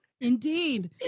Indeed